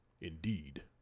Indeed